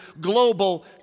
global